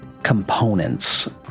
Components